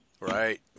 Right